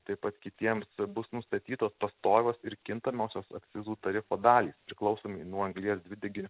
taip pat kitiems bus nustatytos pastovios ir kintamosios akcizų tarifo dalys priklausomai nuo anglies dvideginio